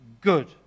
good